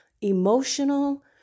emotional